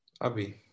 Abby